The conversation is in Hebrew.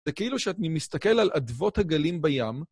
זה כאילו שאת מסתכל על אדוות הגלים בים.